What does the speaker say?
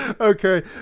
Okay